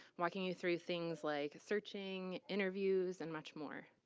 walking you through things like searching, interviews and much more.